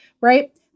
right